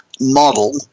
model